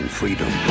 freedom